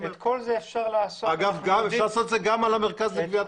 אפשר לעשות זאת גם במרכז לגביית קנסות.